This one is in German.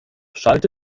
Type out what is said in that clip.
schallte